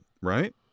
right